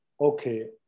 okay